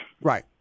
Right